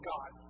God